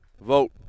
Vote